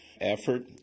effort